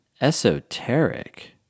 Esoteric